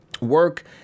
work